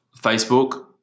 facebook